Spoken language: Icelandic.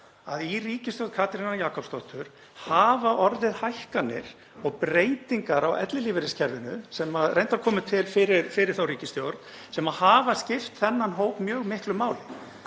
að í ríkisstjórn Katrínar Jakobsdóttur hafa orðið hækkanir og breytingar á ellilífeyriskerfinu, sem komu reyndar til fyrir þá ríkisstjórn, sem hafa skipt þennan hóp mjög miklu máli.